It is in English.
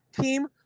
team